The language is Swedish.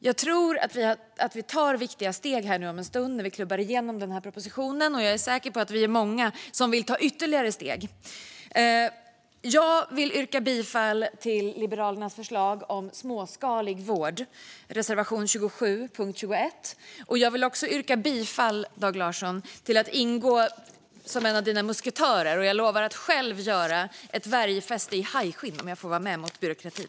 Jag tror att vi tar viktiga steg när vi om en stund klubbar igenom den här propositionen, och jag är säker på att vi är många som vill ta ytterligare steg. Jag yrkar bifall till Liberalernas förslag om småskalig vård, reservation 27 under punkt 21. Jag vill också yrka bifall till att ingå som en av dina musketörer, Dag Larsson. Jag lovar att själv göra ett värjfäste i hajskinn om jag får vara med i kampen mot byråkratin.